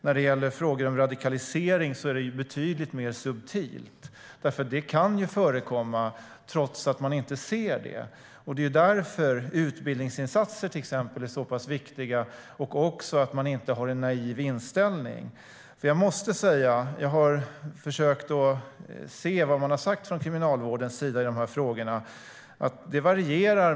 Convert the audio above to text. När det gäller frågor om radikalisering är det betydligt mer subtilt. Det kan ju förekomma trots att man inte ser det. Det är därför som till exempel utbildningsinsatser är så pass viktiga. Det är också viktigt att man inte har en naiv inställning. Jag har försökt se vad man har sagt om de här frågorna från Kriminalvårdens sida, och jag har sett att det varierar.